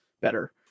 better